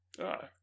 Ah